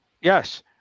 yes